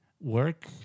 work